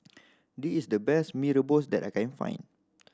this is the best Mee Rebus that I can find